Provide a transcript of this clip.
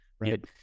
right